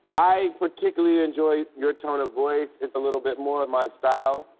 i particularly enjoy your tone of voice. it's a little bit more of my style.